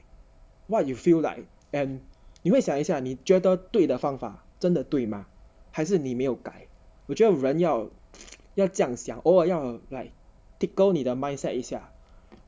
what you feel like and 你会想一下你觉得对的方法真的对吗还是你没有改我觉得人要要这样想偶尔要 like tickle 你的 mindset 一下